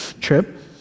trip